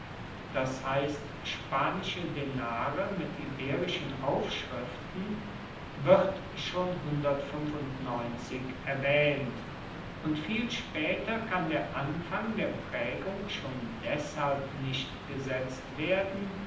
das heisst spanische denare mit iberischen aufschriften wird schon erwaehnt und viel spaeter kann der anfang der praegung schon deshalb nicht gesetzt werden